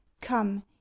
come